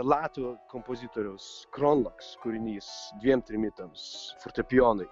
latvių kompozitoriaus kronlaks kūrinys dviem trimitams fortepijonui